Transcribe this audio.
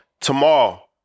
tomorrow